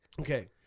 Okay